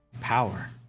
Power